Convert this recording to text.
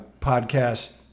podcast